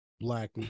black